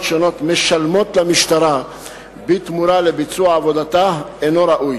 שונות משלמות למשטרה בתמורה לביצוע עבודתה אינו ראוי,